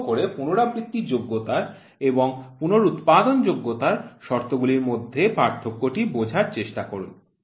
অনুগ্রহ করে পুনরাবৃত্তি যোগ্যতার এবং পুনরুৎপাদন যোগ্যতার শর্তগুলির মধ্যে পার্থক্যটি বোঝার চেষ্টা করুন